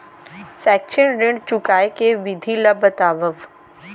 शैक्षिक ऋण चुकाए के विधि ला बतावव